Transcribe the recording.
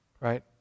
right